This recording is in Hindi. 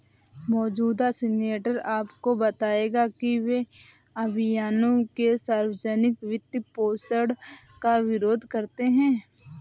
मौजूदा सीनेटर आपको बताएंगे कि वे अभियानों के सार्वजनिक वित्तपोषण का विरोध करते हैं